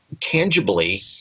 tangibly